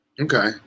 Okay